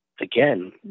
again